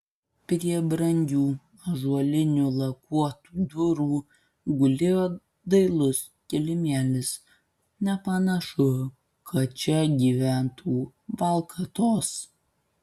prie brangių ąžuolinių lakuotų durų gulėjo dailus kilimėlis nepanašu kad čia gyventų valkatos